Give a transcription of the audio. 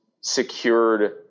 secured